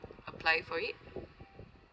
apply for it